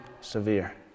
severe